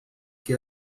que